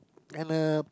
and uh